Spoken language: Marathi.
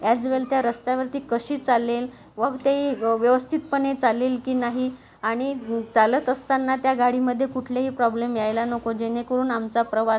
अॅज वेल त्या रस्त्यावर ती कशी चालेल व ते व व्यवस्थितपणे चालेल की नाही आणि चालत असताना त्या गाडीमधे कुठलेही प्रॉब्लेम यायला नको जेणेकरून आमचा प्रवास